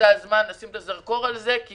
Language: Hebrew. אז זה הזמן לשים את הזרקור על זה כי